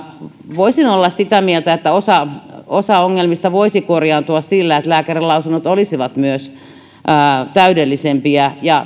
voisin olla sitä mieltä että osa osa ongelmista voisi korjaantua sillä että lääkärinlausunnot olisivat täydellisempiä ja